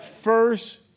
First